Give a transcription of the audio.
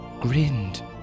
grinned